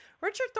richard